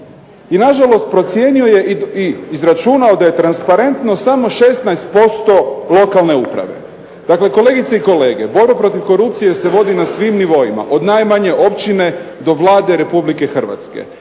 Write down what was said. i nažalost procijenio je i izračunao da je transparentno samo 16% lokalne uprave. Dakle kolegice i kolege, borba protiv korupcije se vodi na svim nivoima, od najmanje općine do Vlade Republike Hrvatske.